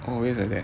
always like that